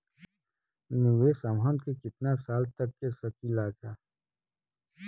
निवेश हमहन के कितना साल तक के सकीलाजा?